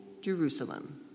Jerusalem